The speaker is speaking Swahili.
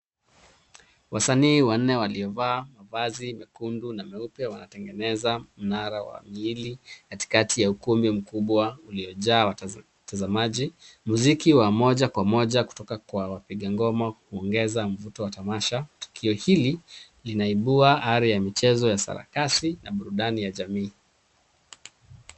Wasanii wanne waliovaa mavazi mekundu na meupe wanatengeneza mnara wa miili katikati ya ukumbi mkubwa uliojaa watazamaji. Mziki wa moja kwa moja kutoka kwa wapiga ngoma huongeza mvuto wa tamasha. Tukio hili linaimbua ari ya michezo ya sarakasi na burudani ya jamii.